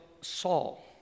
Saul